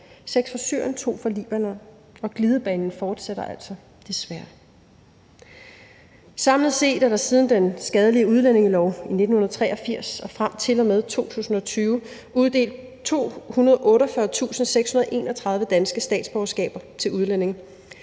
6 fra Syrien og 2 fra Libanon, og glidebanen fortsætter altså desværre. Samlet set er der siden den skadelige udlændingelov i 1983 og frem til og med 2020 uddelt 248.631 danske statsborgerskaber til udlændinge,